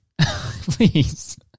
Please